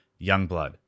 youngblood